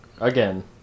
Again